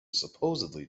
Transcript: supposedly